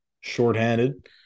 shorthanded